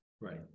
right